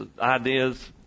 ideas